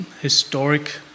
historic